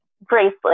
bracelet